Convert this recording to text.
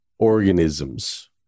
organisms